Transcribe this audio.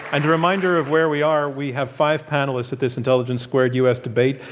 and a reminder of where we are we have five panelists at this intelligence squared u. s. debate,